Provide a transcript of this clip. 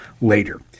later